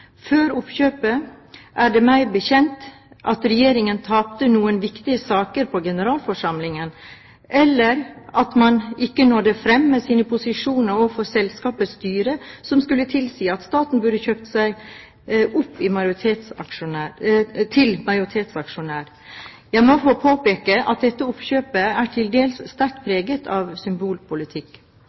Før oppkjøpet er det meg bekjent ikke slik at Regjeringen tapte noen viktige saker på generalforsamlingen, eller at man ikke nådde fram med sine posisjoner overfor selskapets styre som skulle tilsi at staten burde kjøpt seg opp til majoritetsaksjonær. Jeg må få påpeke at dette oppkjøpet er til dels sterkt preget av symbolpolitikk.